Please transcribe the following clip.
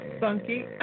Funky